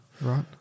right